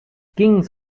kings